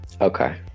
Okay